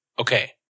okay